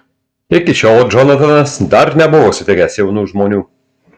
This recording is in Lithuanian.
iki šiol džonatanas dar nebuvo sutikęs jaunų žmonių